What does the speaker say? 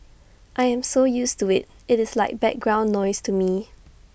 I am so used to IT it is like background noise to me